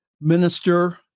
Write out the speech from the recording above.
minister